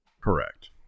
Correct